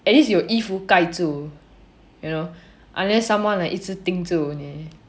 at least 有衣服盖住 you know unless someone like 一直盯住你